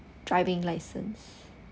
driving license